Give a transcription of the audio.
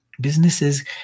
Businesses